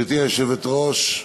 גברתי היושבת-ראש,